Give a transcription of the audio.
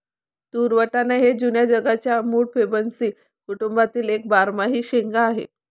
तूर वाटाणा हे जुन्या जगाच्या मूळ फॅबॅसी कुटुंबातील एक बारमाही शेंगा आहे